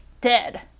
dead